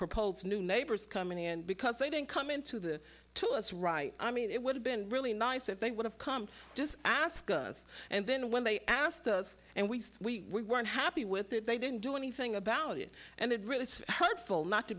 poles new neighbors come in and because they didn't come into the to us right i mean it would have been really nice if they would have come just ask us and then when they asked us and we weren't happy with it they didn't do anything about it and it really is hurtful not to